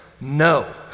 no